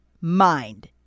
mind